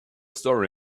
story